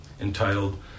entitled